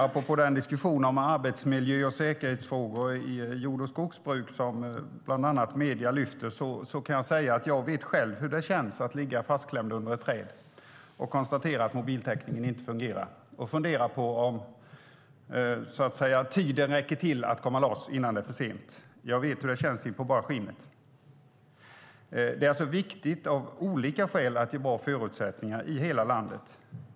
Apropå diskussionen om arbetsmiljö och säkerhetsfrågor i jord och skogsbruk som bland annat medierna lyfter upp kan jag säga att jag själv vet hur det känns att ligga fastklämd under ett träd och konstatera att mobiltäckningen inte fungerar och fundera på om tiden räcker till att komma loss innan det är för sent. Jag vet hur det känns in på bara skinnet. Därför är det viktigt, av olika skäl, att vi har bra förutsättningar i hela landet.